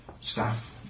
staff